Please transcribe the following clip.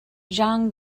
jean